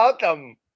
Welcome